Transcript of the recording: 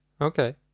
Okay